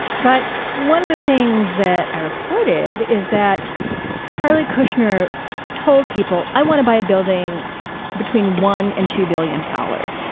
but one of the things that i reported is that charlie kushner told people, i want to buy a building between one and two billion dollars.